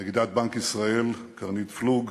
נגידת בנק ישראל קרנית פלוג,